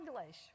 English